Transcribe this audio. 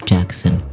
Jackson